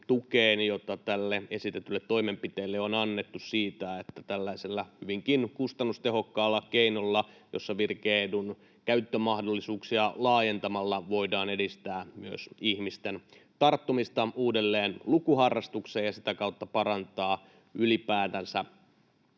jota tälle esitetylle toimenpiteelle on annettu, sillä tällaisella hyvinkin kustannustehokkaalla keinolla, virike-edun käyttömahdollisuuksia laajentamalla, voidaan myös edistää ihmisten tarttumista uudelleen lukuharrastukseen ja sitä kautta ylipäätänsä